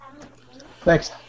Thanks